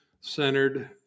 centered